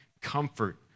comfort